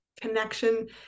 connection